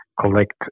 Collect